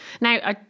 Now